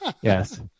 Yes